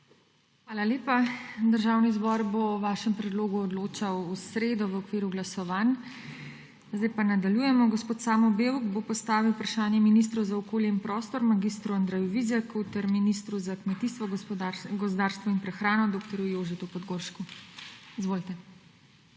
Hvala lepa. Državni zbor bo o vašem predlogu odločil v sredo v okviru glasovanj. Zdaj pa nadaljujemo. Gospod Samo Bevk bo postavil vprašanje ministru za okolje in prostor mag. Andreju Vizjaku ter ministru za kmetijstvo, gozdarstvo in prehrano dr. Jožetu Podgoršku. Izvolite.